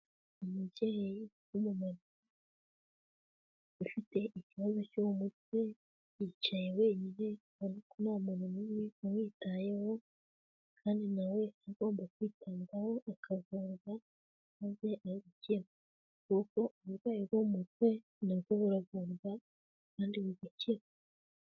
Umubyeyi w'umumama ufite ikibazo cyo mu mutwe, yicaye wenyine, ubona ko nta muntu n'umwe umwitayeho kandi na we agomba kwitabwaho akavurwa maze na we agakira, kuko uburwayi bwo mu mutwe nabwo buravurwa kandi bugakira.